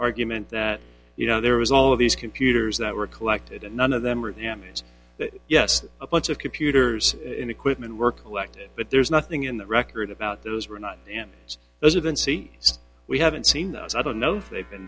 argument that you know there was all of these computers that were collected and none of them are yemenis yes a bunch of computers in equipment work elected but there's nothing in the record about those who are not in those events see we haven't seen those i don't know if they've been